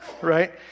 right